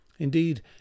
Indeed